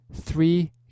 three